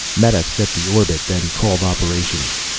meta set the orbit, then called operations.